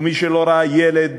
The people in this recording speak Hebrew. ומי שלא ראה ילד